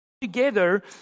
together